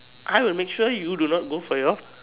I will make sure you do not go for your